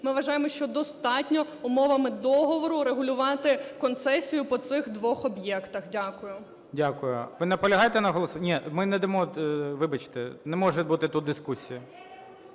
Ми вважаємо, що достатньо умовами договору регулювати концесію по цих двох об'єктах. Дякую. ГОЛОВУЮЧИЙ. Дякую. Ви наполягаєте на голосуванні? Ні, ми не дамо, вибачте, не може бути тут дискусії.